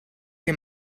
que